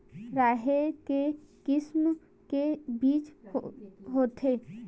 राहेर के किसम के बीज होथे?